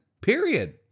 Period